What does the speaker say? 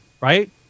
Right